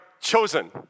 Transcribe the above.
chosen